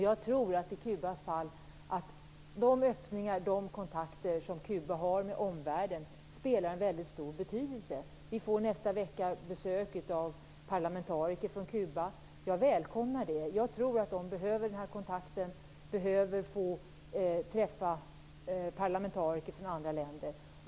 Jag tror i Kubas fall att de öppningar och de kontakter som Kuba har med omvärlden har en väldigt stor betydelse. Vi får i nästa vecka besök av parlamentariker från Kuba. Jag välkomnar det. Jag tror att de behöver den här kontakten, att de behöver få träffa parlamentariker från andra länder.